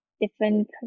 different